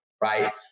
right